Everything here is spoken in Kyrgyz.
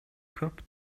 көп